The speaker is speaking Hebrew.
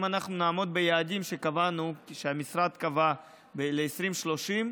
אם נעמוד ביעדים שהמשרד קבע ל-2030,